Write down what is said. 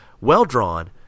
well-drawn